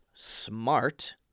smart